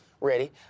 Ready